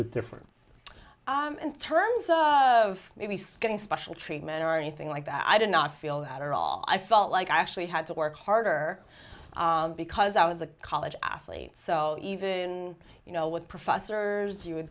bit different terms of maybe some getting special treatment or anything like that i did not feel that at all i felt like i actually had to work harder because i was a college athlete so even you know with professors you would